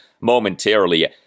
momentarily